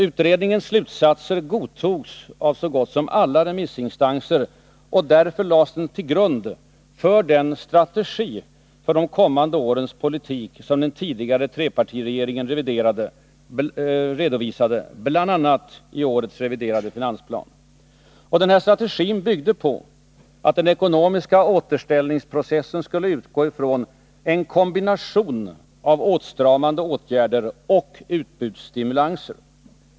Utredningens slutsatser godtogs av så gott som alla remissinstanser, och därför lades den till grund för den strategi för de kommande årens politik som den tidigare trepartiregeringen redovisade i årets reviderade finansplan. Strategin byggde på att den ekonomiska återställningsprocessen skulle utgå ifrån en kombination av åtstramande åtgärder och utbudsstimulanser.